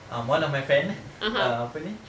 um one of my friend uh apa ni